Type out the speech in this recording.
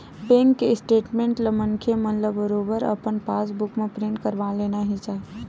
bank के statement ला मनखे मन ल बरोबर अपन पास बुक म प्रिंट करवा लेना ही चाही